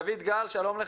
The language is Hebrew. דוד גל, שלום.